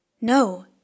No